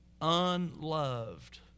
unloved